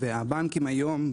והבנקים היום,